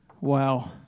Wow